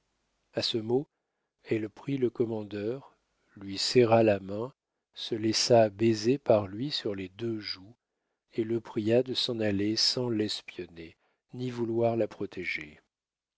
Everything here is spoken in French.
a ce mot elle prit le commandeur lui serra la main se laissa baiser par lui sur les deux joues et le pria de s'en aller sans l'espionner ni vouloir la protéger